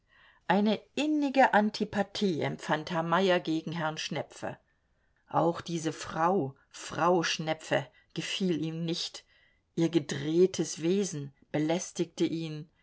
eine innige antipathie empfand herr meyer gegen herrn schnepfe auch diese frau frau schnepfe gefiel ihm nicht ihr gedrehtes wesen belästigte ihn